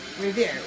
review